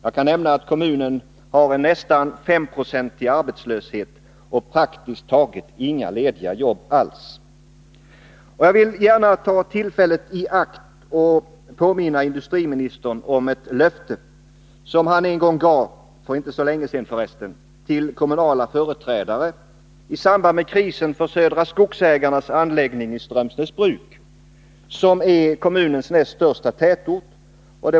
Jag kan nämna att kommunen har en nästan 5-procentig arbetslöshet och praktiskt taget inga lediga jobb. Jag vill gärna ta tillfället i akt och påminna industriministern om ett löfte som han gav en gång — för inte så länge sedan förresten — till kommunala företrädare i samband med krisen för Södra Skogsägarnas anläggning i Nr 51 Strömsnäsbruk, som är kommunens näst största tätort.